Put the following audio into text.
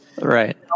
right